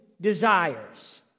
desires